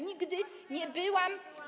Nigdy nie byłam.